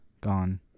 gone